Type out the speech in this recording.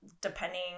depending